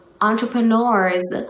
entrepreneurs